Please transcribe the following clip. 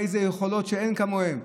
באיזה יכולות שאין כמוהן.